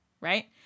right